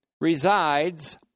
resides